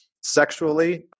sexually